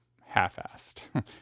half-assed